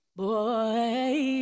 Boy